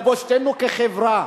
לבושתנו כחברה.